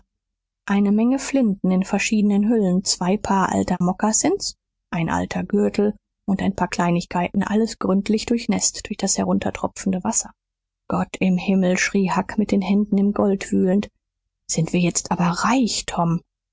eine menge flinten in verschiedenen hüllen zwei paar alte mocassins ein alter gürtel und ein paar kleinigkeiten alles gründlich durchnäßt durch das heruntertropfende wasser gott im himmel schrie huck mit den händen im gold wühlend sind wir jetzt aber reich